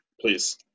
Please